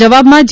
જવાબમાં જે